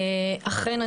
אכן,